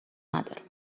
ندارم